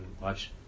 watch